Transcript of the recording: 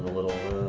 little